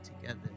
together